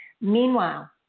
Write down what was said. Meanwhile